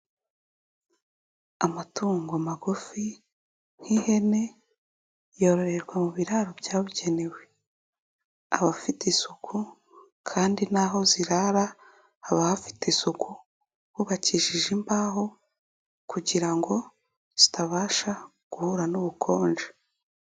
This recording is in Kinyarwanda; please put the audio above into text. Amatungo magufi nk'ihene yororerwa mu biraro byabugenewe. Aba afite isuku kandi n'aho zirara haba hafite isuku. Hubakishije imbaho kugira ngo zitabasha guhura n'ubukonje.